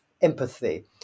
Empathy